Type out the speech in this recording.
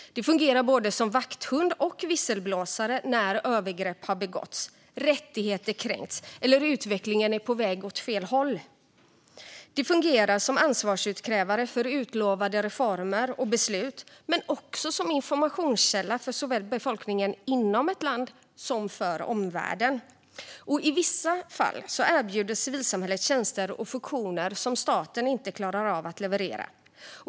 Det fungerar som både vakthund och visselblåsare när övergrepp har begåtts, när rättigheter kränkts eller när utvecklingen är på väg åt fel håll. Det fungerar som ansvarsutkrävare för utlovade reformer och beslut, men också som informationskälla för såväl befolkningen inom ett land som omvärlden. I vissa fall erbjuder civilsamhället tjänster och funktioner som staten inte klarar av att leverera.